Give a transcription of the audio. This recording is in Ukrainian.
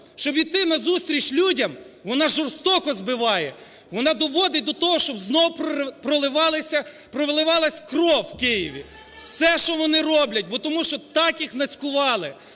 щоб іти назустріч людям, вона жорстоко збиває, вона доводить до того, щоб знов проливалась кров в Києві. Все, що вони роблять. Бо тому що так їх нацькували.